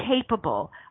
capable